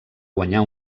guanyar